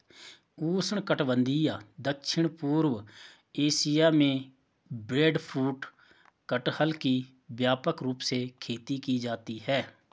उष्णकटिबंधीय दक्षिण पूर्व एशिया में ब्रेडफ्रूट कटहल की व्यापक रूप से खेती की जाती है